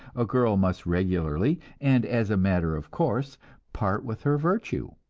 a girl must regularly and as a matter of course part with her virtue.